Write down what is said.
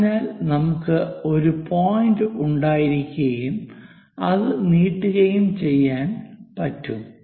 അതിനാൽ നമുക്ക് ഒരു പോയിന്റ് ഉണ്ടായിരിക്കുകയും അത് നീട്ടുകയും ചെയ്യാൻ പറ്റും